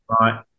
right